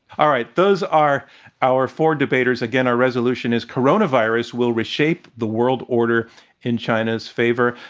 all right. those are our four debaters. again, our resolution is coronavirus will reshape the world order in china's favor.